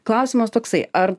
klausimas toksai ar